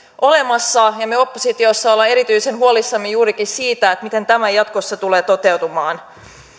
olemassa ja me oppositiossa olemme erityisen huolissamme juurikin siitä miten tämä jatkossa tulee toteutumaan